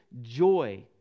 joy